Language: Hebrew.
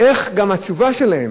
גם מה התשובה שלהם.